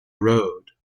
road